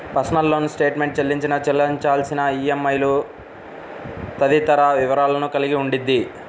personal loan statement చెల్లించిన, చెల్లించాల్సిన ఈఎంఐలు తదితర వివరాలను కలిగి ఉండిద్ది